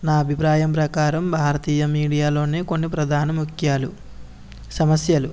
నా అభిప్రాయం ప్రకారం భారతీయ మీడియాలోని కొన్ని ప్రధాన ముఖ్య సమస్యలు